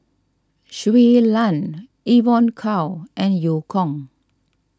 Shui Lan Evon Kow and Eu Kong